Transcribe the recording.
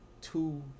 two